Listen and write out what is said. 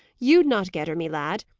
you'd not get her, me lad.